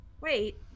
Wait